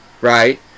right